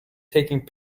taking